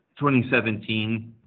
2017